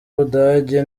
budage